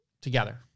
together